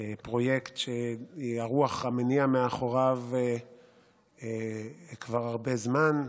כפרויקט שהוא הרוח המניעה מאחוריו כבר הרבה זמן.